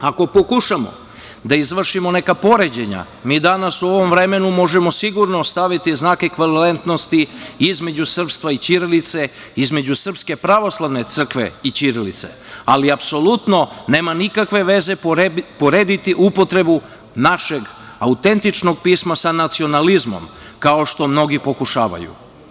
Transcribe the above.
Ako pokušamo da izvršimo neka poređenja mi danas u ovom vremenu možemo sigurno staviti znake ekvivalentnosti između srpstva i ćirilice, između Srpske pravoslavne crkve i ćirilice, ali apsolutno nema nikakve veze porediti upotrebu našeg autentičnog pisma sa nacionalizmom, kao što mnogi pokušavaju.